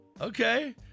Okay